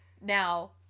Now